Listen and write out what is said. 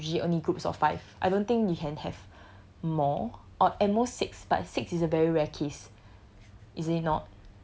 guessing that group project usually only groups of five I don't think you can have more or at most six but six is a very rare case